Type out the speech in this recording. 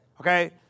Okay